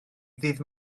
ddydd